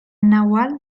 náhuatl